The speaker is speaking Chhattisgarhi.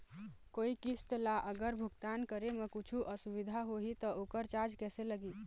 कोई किस्त ला अगर भुगतान करे म कुछू असुविधा होही त ओकर चार्ज कैसे लगी?